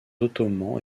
ottomans